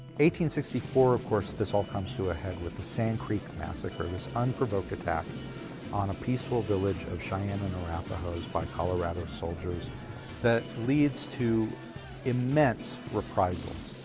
sixty four of course, this all comes to a head with the sand creek massacre, this unprovoked attack on a peaceful village of cheyenne and arapahos by colorado soldiers that leads to immense reprisals.